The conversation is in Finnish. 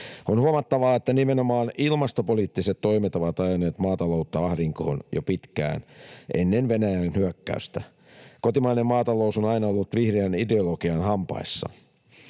On huomattavaa, että nimenomaan ilmastopoliittiset toimet ovat ajaneet maataloutta ahdinkoon jo pitkään ennen Venäjän hyökkäystä. Kotimainen maatalous on aina ollut vihreän ideologian hampaissa.